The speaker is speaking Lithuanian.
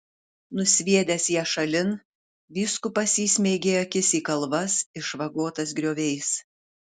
nusviedęs ją šalin vyskupas įsmeigė akis į kalvas išvagotas grioviais